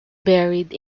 buried